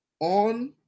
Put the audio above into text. On